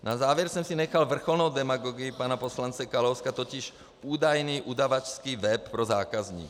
Na závěr jsem si nechal vrcholnou demagogii pana poslance Kalouska, totiž údajný udavačský web pro zákazníky.